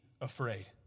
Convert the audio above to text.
afraid